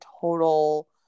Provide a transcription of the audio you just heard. total